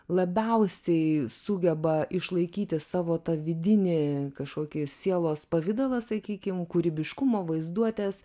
labiausiai sugeba išlaikyti savo tą vidinį kažkokį sielos pavidalą sakykim kūrybiškumo vaizduotės